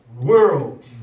world